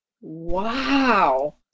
wow